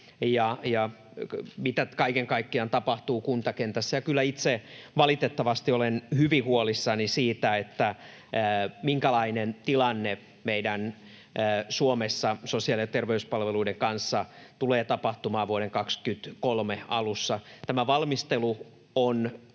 ja mitä kaiken kaikkiaan tapahtuu kuntakentässä. Kyllä itse valitettavasti olen hyvin huolissani siitä, minkälainen tilanne meidän Suomessa sosiaali- ja terveyspalveluiden kanssa tulee olemaan vuoden 23 alussa. Tämä valmistelu on